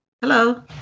Hello